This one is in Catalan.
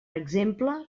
exemple